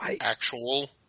Actual